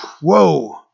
whoa